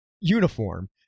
uniform